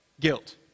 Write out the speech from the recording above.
guilt